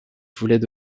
voulaient